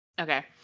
Okay